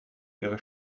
ihre